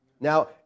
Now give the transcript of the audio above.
Now